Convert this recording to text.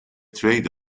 trade